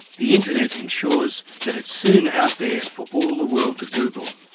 the internet ensures that it's soon out there for all the world to google.